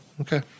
Okay